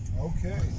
Okay